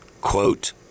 quote